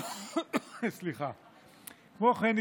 כמו כן,